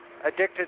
addicted